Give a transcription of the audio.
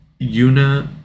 Yuna